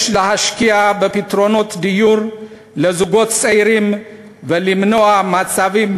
יש להשקיע בפתרונות דיור לזוגות צעירים ולמנוע מצבים,